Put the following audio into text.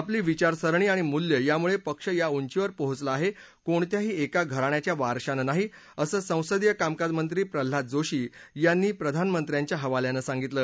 आपली विचारसरणी आणि मूल्य यामुळे पक्ष या उंचीवर पोहोचला आहे कोणत्याही एका घराण्याच्या वारशानं नाही असं संसदीय कामकाजमंत्री प्रल्हाद जोशी यांनी प्रधानमंत्र्याच्या हवाल्यानं सांगितलं